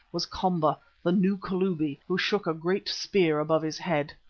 was komba, the new kalubi, who shook a great spear above his head.